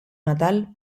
natal